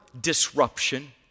disruption